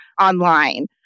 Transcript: online